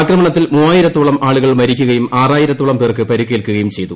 ആക്രമണത്തിൽ മൂവായിരത്തോളം ആളുകൾ മരിക്കുകയും ആറായിരത്തോളം പേർക്ക് പരിക്കേൽക്കുകയും ചെയ്തു